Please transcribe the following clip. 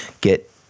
get